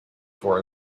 for